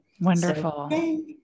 Wonderful